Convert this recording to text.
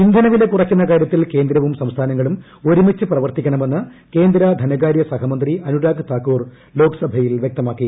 ഇന്ധനവില കുറയ്ക്കുന്ന കാര്യത്തിൽ കേന്ദ്രവും സംസ്ഥാനങ്ങളും ഒരുമിച്ച് പ്രവർത്തിക്കണമെന്ന് കേന്ദ്ര ധനകാരൃസഹമന്ത്രി അനുരാഗ് താക്കൂർ ലോക്സഭയിൽ വ്യക്തമാക്കി